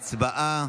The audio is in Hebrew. הצבעה.